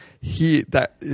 he—that